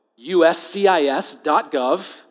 USCIS.gov